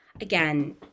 Again